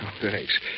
Thanks